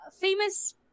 famous